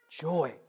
Joy